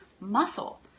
muscle